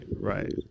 Right